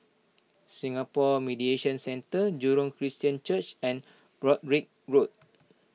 Singapore Mediation Centre Jurong Christian Church and Broadrick Road